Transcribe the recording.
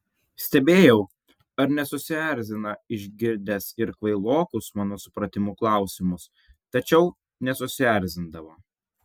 stebėjau ar nesusierzina išgirdęs ir kvailokus mano supratimu klausimus tačiau nesusierzindavo